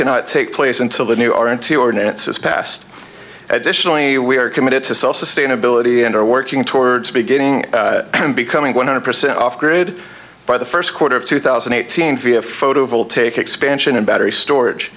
cannot take place until the new or n t ordinance is passed additionally we are committed to self sustainability and are working towards beginning becoming one hundred percent off grid by the first quarter of two thousand and eighteen via photovoltaic expansion and battery storage